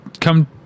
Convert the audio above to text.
come